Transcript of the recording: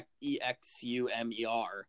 E-X-U-M-E-R